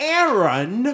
Aaron